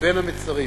בין המצרים,